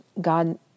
God